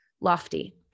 lofty